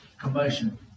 commotion